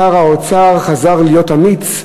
שר האוצר חזר להיות אמיץ,